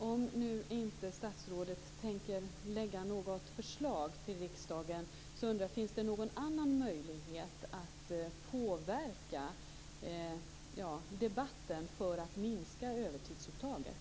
Fru talman! Om statsrådet nu inte tänker lägga fram något förslag till riksdagen undrar jag om det finns någon annan möjlighet att påverka debatten för att minska övertidsuttaget.